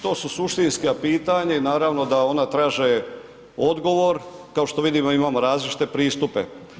To su suštinska pitanja i naravno da ona traže odgovor, kao što vidimo, imamo različite pristupe.